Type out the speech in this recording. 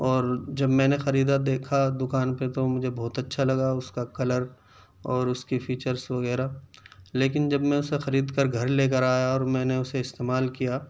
اور جب میں نے خریدا دیکھا دکان پہ تو مجھے بہت اچھا لگا اس کا کلر اور اس کی فیچرس وغیرہ لیکن جب میں اسے خرید کر گھر لے کر آیا اور میں نے اسے استعمال کیا